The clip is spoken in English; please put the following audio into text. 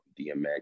DMX